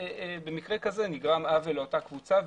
במקרה כזה נגרם עוול לאותה קבוצה,